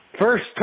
First